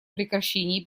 прекращении